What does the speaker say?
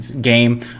game